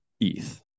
ETH